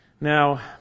Now